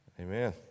Amen